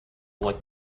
like